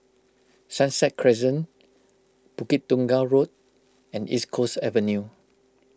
Sunset Crescent Bukit Tunggal Road and East Coast Avenue